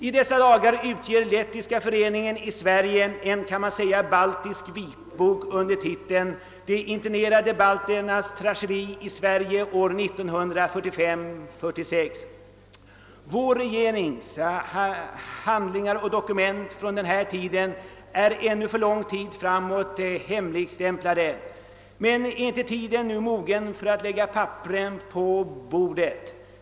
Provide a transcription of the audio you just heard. I dessa dagar utger Lettiska föreningen i Sverige Daugavas Vanagi en man kan säga baltisk vitbok under titeln De internerade balternas tragedi i Sverige år 1945— 1946. Vår regerings handlingar och dokument från denna tid är ännu för lång tid framåt hemligstämplade. Men är tiden nu inte mogen för att lägga papperen på bordet?